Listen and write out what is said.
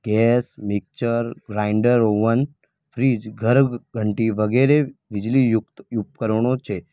gas mixer grinder oven fridge ઘરઘંટી વગેરે વીજળીયુક્ત ઉપકરણો છે